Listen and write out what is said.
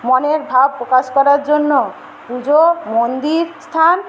মনের ভাব প্রকাশ করার জন্য পুজো মন্দির স্থান